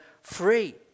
free